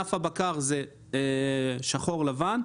בענף הבקר זה שחור ולבן,